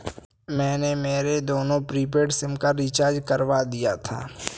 मैंने मेरे दोनों प्रीपेड सिम का रिचार्ज करवा दिया था